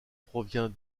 provient